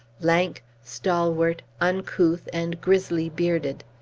lank, stalwart, uncouth, and grizzly-bearded.